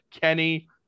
Kenny